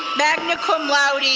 magna cum laude,